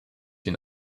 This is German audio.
den